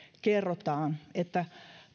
kerrotaan että